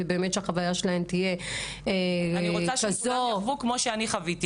אני רוצה שהן תוכלנה לחוות בדיוק מה שאני חוויתי.